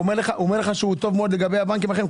הוא אומר לך שהוא טוב מאוד ביחס לבנקים אחרים.